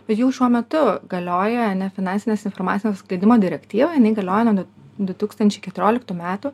bet jau šiuo metu galioja nefinansinės informacijos skleidimo direktyva jinai galioja du tūkstančiai keturioliktų metų